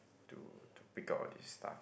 to to pick up all this stuff